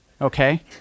Okay